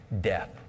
Death